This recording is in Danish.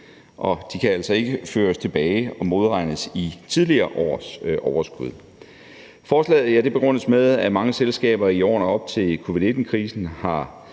de kan altså ikke føres tilbage og modregnes i tidligere års overskud. Forslaget begrundes med, at mange selskaber i årene op til covid-19-krisen har